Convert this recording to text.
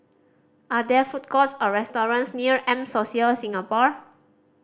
are there food courts or restaurants near M Social Singapore